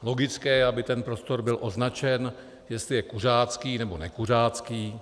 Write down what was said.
Logické je, aby ten prostor byl označen, jestli je kuřácký, nebo nekuřácký.